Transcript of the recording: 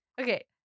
okay